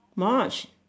much